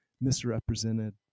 misrepresented